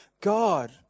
God